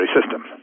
system